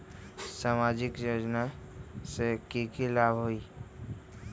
सामाजिक योजना से की की लाभ होई?